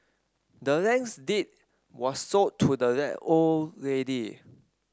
the land's deed was sold to the old lady